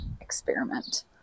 experiment